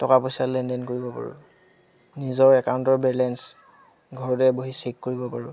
টকা পইচা লেনদেন কৰিব পাৰোঁ নিজৰ একাউণ্টৰ বেলেঞ্চ ঘৰতে বহি চেক কৰিব পাৰোঁ